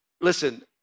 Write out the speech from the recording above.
listen